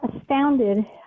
astounded